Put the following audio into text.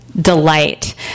Delight